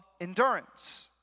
endurance